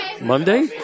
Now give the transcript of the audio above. Monday